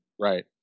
Right